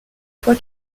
fois